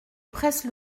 presse